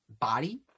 body